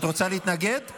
את רוצה להתנגד?